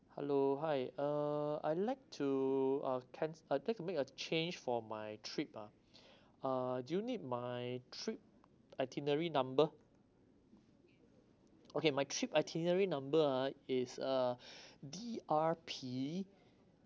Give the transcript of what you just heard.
hello hi uh I'd like to uh canc~ uh try to make a change for my trip ah uh do you need my trip itinerary number okay my trip itinerary number ah is uh D R P